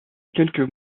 quelques